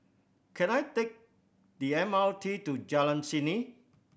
can I take the M R T to Jalan Isnin